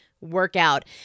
workout